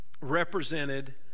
represented